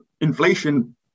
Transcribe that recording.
inflation